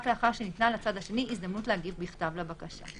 לאחר שניתנה לצד השני הזדמנות להגיב בכתב לבקשה.